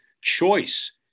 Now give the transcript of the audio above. choice